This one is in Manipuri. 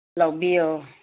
ꯂꯧꯕꯤꯌꯨ